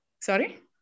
Sorry